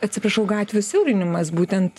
atsiprašau gatvių siaurinimas būtent